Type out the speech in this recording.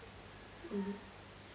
mm